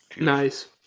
Nice